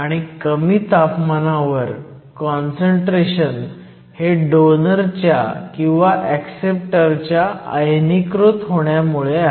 आणि कमी तापमानावर काँसंट्रेशन हे डोनरच्या किंवा ऍक्सेप्टर च्या आयनीकृत होण्यामुळे आहे